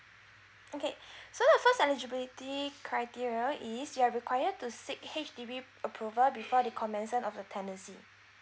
okay so the first eligibility criteria is you are required to seek H_D_B approval before the commencement of the tenancy